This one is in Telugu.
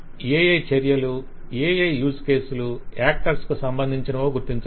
ఏయే చర్యలు ఏయే యూస్ కేసులు యాక్టర్స్ కు సంబంధించినవో గుర్తించాలి